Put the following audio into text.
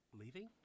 Leaving